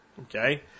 okay